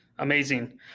amazing